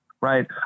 right